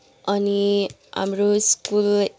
अनि हाम्रो स्कुल